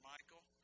Michael